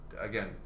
Again